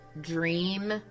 dream